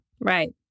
Right